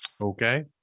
Okay